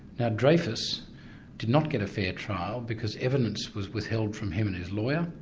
now dreyfus did not get a fair trial, because evidence was withheld from him and his lawyer,